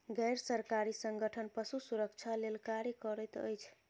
गैर सरकारी संगठन पशु सुरक्षा लेल कार्य करैत अछि